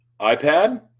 iPad